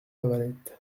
lavalette